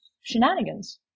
shenanigans